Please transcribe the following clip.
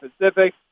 Pacific